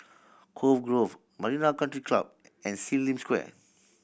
Cove Grove Marina Country Club and Sim Lim Square